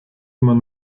man